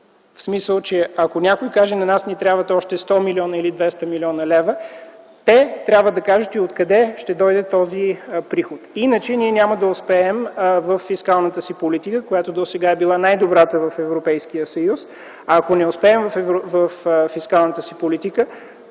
в смисъл, че ако някой каже, че на него му трябват още 100 или 200 млн. лв., той трябва да каже и откъде ще дойде този приход. Иначе ние няма да успеем във фискалната си политика, която досега е била най-добрата в Европейския съюз. Ако не успеем във фискалната си политика,